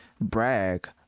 brag